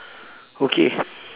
okay